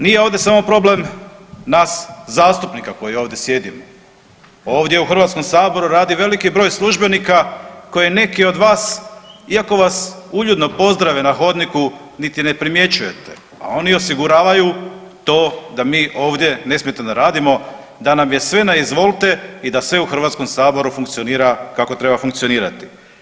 Nije ovdje samo problem nas zastupnika koji ovdje sjedimo, ovdje u Hrvatskom saboru radi veliki broj službenika koji neki od vas iako vas uljudno pozdrave na hodniku niti ne primjećujete, a oni osiguravaju to da mi ovdje nesmetano radimo da nam je sve na izvolte i da sve u Hrvatskom saboru funkcionira kako treba funkcionirati.